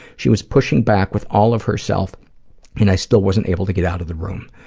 she was pushing back with all of herself and i still wasn't able to get out of the room.